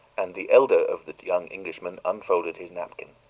and the elder of the young englishmen unfolded his napkin.